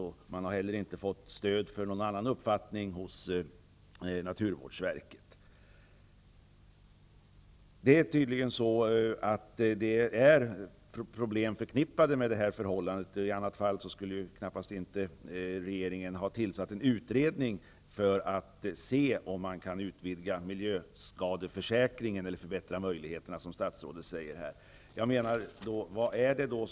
Det har inte heller gått att få stöd för någon annan uppfattning hos naturvårdsverket. Det är problem förknippade med detta förhållande. I annat fall hade regeringen knappast låtit tillsätta en utredning för att se om det går att utvidga eller förbättra möjligheterna till en miljöskadeförsäkring.